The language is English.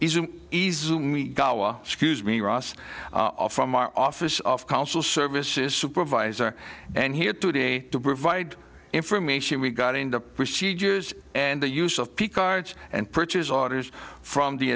t easily me gawa scuse me ross from our office of council services supervisor and here today to provide information regarding the procedures and the use of p cards and purchase orders from the